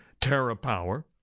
TerraPower